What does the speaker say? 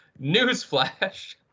Newsflash